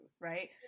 right